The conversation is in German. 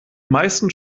meisten